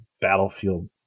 battlefield